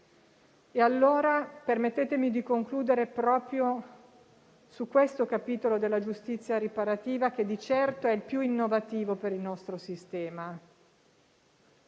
dolore. Permettetemi allora di concludere proprio su questo capitolo della giustizia riparativa, che di certo è il più innovativo per il nostro sistema.